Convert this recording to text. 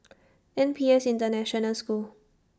N P S International School